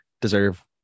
deserve